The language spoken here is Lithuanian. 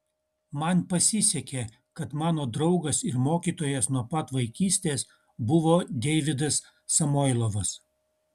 man pasisekė kad mano draugas ir mokytojas nuo pat vaikystės buvo deividas samoilovas